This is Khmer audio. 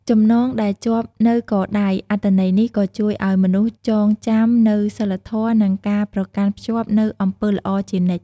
ចំណងដែលជាប់នៅកដៃ អត្ថន័យនេះក៏ជួយឲ្យមនុស្សចងចាំនូវសីលធម៌ និងការប្រកាន់ខ្ជាប់នូវអំពើល្អជានិច្ច។